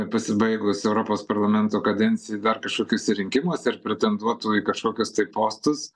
pasibaigus europos parlamento kadencijai dar kažkokiuose rinkimuose ir pretenduotų į kažkokius tai postus